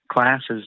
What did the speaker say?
classes